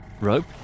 Rope